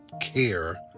care